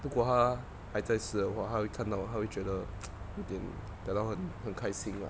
如果她还在世的话她会看到她会觉得 有一点感到很很开心啦